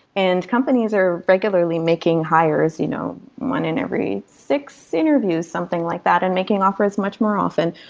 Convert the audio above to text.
and companies are regularly making hires you know one in every six interviews, something like that and making offers much more often.